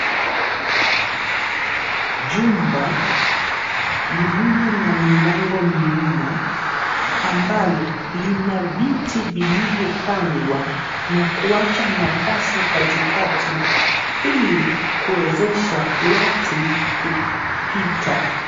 Jumba lililo na milango minne ambalo lina viti vilivyopangwa na kuwacha nafasi katikati ili kuwezesha watu kupita.